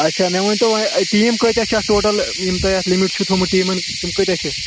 اچھا مےٚ ؤنۍ تو وۅنۍ ٹیٖم کۭتیٛاہ چھِ اَتھ ٹوٹَل یِم تۄہہِ اَتھ لِمِٹ چھِو تھومُت ٹیٖمن تِم کۭتیٛاہ چھِ